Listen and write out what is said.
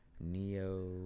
Neo